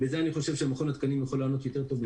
אני חושב שמכון התקנים יכול לענות יותר טוב מאתנו.